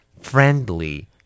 Friendly